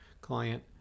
client